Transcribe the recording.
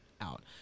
out